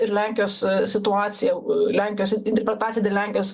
ir lenkijos situaciją lenkijos interpretaciją dėl lenkijos